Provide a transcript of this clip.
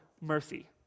mercy